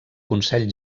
consell